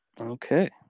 Okay